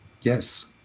Yes